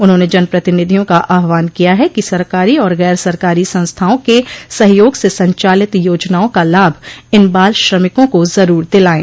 उन्होंने जनप्रतिनिधियों का आहवान किया है कि सरकारी और गैर सरकारी संस्थाओं के सहयोग से संचालित योजनाओं का लाभ इन बाल श्रमिकों को जरूर दिलायें